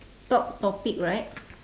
talk topic right